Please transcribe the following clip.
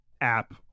app